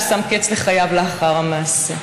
ששם קץ לחייו לאחר המעשה.